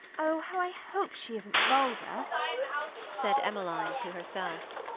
oh, how i hope she isn't vulgar said emmeline to herself.